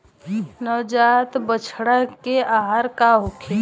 नवजात बछड़ा के आहार का होखे?